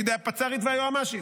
בידי הפצ"רית והיועמ"שית.